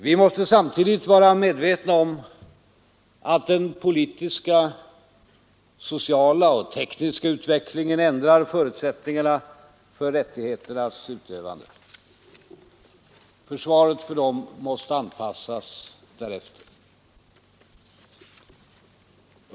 Vi måste samtidigt vara medvetna om att den politiska, sociala och tekniska utvecklingen ändrar förutsättningarna för rättigheternas utövande. Försvaret för dem måste anpassas därefter.